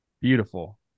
Beautiful